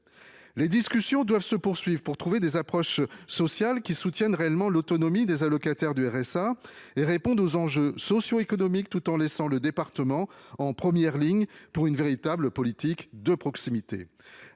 Les discussions doivent se poursuivre pour trouver des approches sociales qui soutiennent réellement l'autonomie des allocataires du RSA et répondent aux enjeux socioéconomiques tout en laissant les départements en première ligne, pour garantir une véritable politique de proximité.